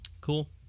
Cool